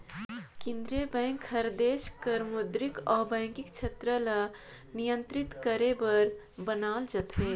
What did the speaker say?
केंद्रीय बेंक हर देस कर मौद्रिक अउ बैंकिंग छेत्र ल नियंत्रित करे बर बनाल जाथे